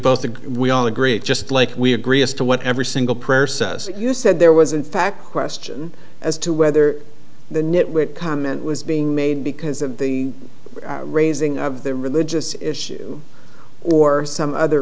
agree we all agree just like we agree as to what every single prayer says you said there was in fact question as to whether the nitwit comment was being made because of the raising of the religious issue or some other